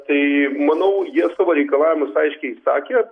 tai manau jie savo reikalavimus aiškiai išsakė